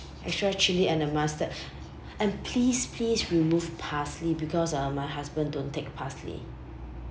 extra chilli and a mustard and please please remove parsley because uh my husband don't take parsley